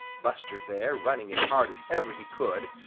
buster bear running as hard as ever he could,